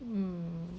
mm